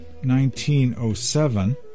1907